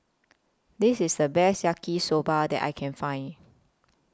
This IS The Best Yaki Soba that I Can Find